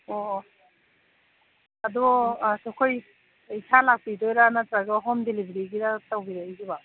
ꯑꯣ ꯑꯗꯣ ꯑꯩꯈꯣꯏ ꯏꯁꯥ ꯂꯥꯛꯄꯤꯗꯣꯏꯔ ꯅꯠꯇ꯭ꯔꯒ ꯍꯣꯝ ꯗꯤꯂꯤꯚꯔꯤꯒꯤꯔ ꯇꯧꯕꯤꯔꯛꯏꯁꯤꯕꯣ